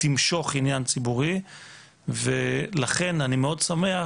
שתמשוך עניין ציבורי ולכן אני מאוד שמח